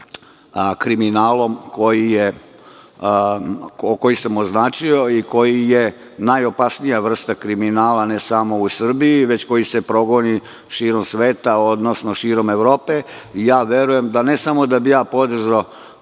kriminalom koji sam označio i koji je najopasnija vrsta kriminala, ne samo u Srbiji, već koji se progoni širom sveta, odnosno širom Evrope, verujem da ne samo da bih ja podržao